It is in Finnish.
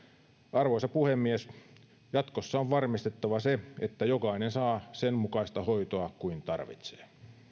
arvoisa puhemies jatkossa on varmistettava se että jokainen saa sen mukaista hoitoa kuin tarvitsee